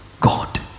God